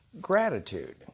gratitude